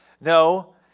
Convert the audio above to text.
No